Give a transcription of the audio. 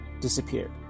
disappeared